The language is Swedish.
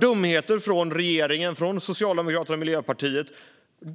dumheter från regeringen - från Socialdemokraterna och Miljöpartiet.